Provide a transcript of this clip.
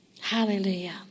Hallelujah